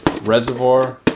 reservoir